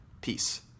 peace